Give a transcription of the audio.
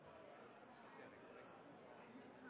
ser at vi